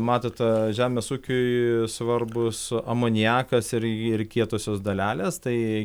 matot žemės ūkiui svarbus amoniakas ir ir kietosios dalelės tai